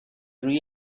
روی